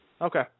Okay